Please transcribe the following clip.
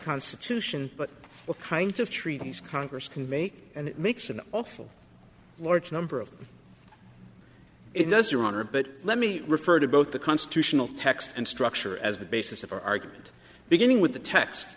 constitution but what kinds of treaties congress can make and it makes an awful large number of it does your honor but let me refer to both the constitutional text and structure as the basis of our argument beginning with the t